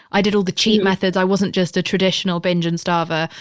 i did all the cheap methods. i wasn't just a traditional binge and starver.